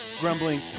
grumbling